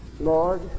Lord